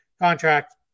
contract